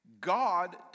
God